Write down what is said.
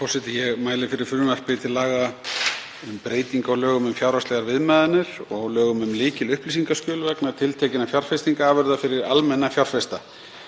forseti. Ég mæli fyrir frumvarpi til laga um breytingu á lögum um fjárhagslegar viðmiðanir og lögum um lykilupplýsingaskjöl vegna tiltekinna fjárfestingarafurða fyrir almenna fjárfesta.